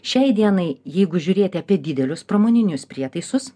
šiai dienai jeigu žiūrėti apie didelius pramoninius prietaisus